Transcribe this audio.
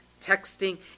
texting